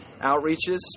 outreaches